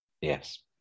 Yes